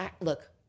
look